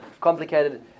complicated